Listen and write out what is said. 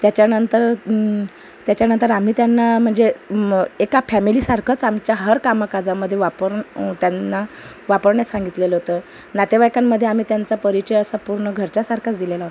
त्याच्यानंतर त्याच्यानंतर आम्ही त्यांना म्हणजे एका फॅमिलीसारखंच आमच्या हर कामकाजामध्ये वापरून त्यांना वापरण्यास सांगितलेलं होतं नातेवाईकांमध्ये आम्ही त्यांचा परिचय असा पूर्ण घरच्यासारखाच दिलेला होता